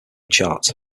chart